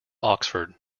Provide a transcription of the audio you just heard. oxford